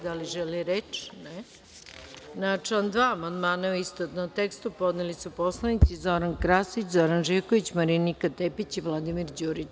Da li želite reč? (Ne) Na član 2. amandmane u istovetnom tekstu podneli su poslanici Zoran Krasić, Zoran Živković, Marinika Tepić i Vladimir Đurić.